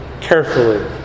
carefully